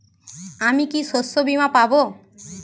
আমি কি শষ্যবীমা পাব?